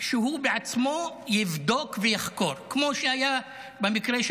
שהוא בעצמו יבדוק ויחקור, כמו שהיה במקרה של